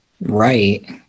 Right